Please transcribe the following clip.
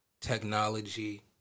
technology